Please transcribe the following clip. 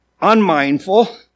unmindful